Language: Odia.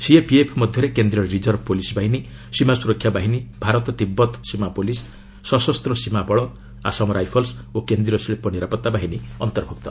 ସିଏପିଏଫ୍ ମଧ୍ୟରେ କେନ୍ଦ୍ରୀୟ ରିଜର୍ଭ ପୋଲିସ୍ ବାହିନୀ ସୀମା ସୁରକ୍ଷା ବାହିନୀ ଭାରତ ତିବ୍ଦତ ସୀମା ପୋଲିସ ସଶସ୍ତ ସୀମା ବଳ ଆସାମ ରାଇଫଲ୍ସ ଓ କେନ୍ଦ୍ରୀୟ ଶିଳ୍ପ ନିରାପତ୍ତା ବାହିନୀ ଅନ୍ତର୍ଭୂକ୍ତ